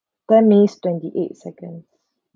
ten minutes twenty eight second